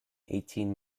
eighteen